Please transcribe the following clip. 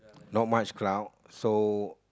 not much crowd so